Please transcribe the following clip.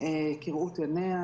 כראות עיניה,